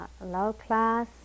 low-class